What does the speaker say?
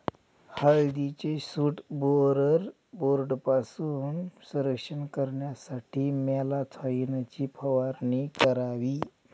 हळदीचे shoot borer बोर्डपासून संरक्षण करण्यासाठी मॅलाथोईनची फवारणी करावी